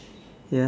ya